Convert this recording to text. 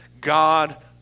God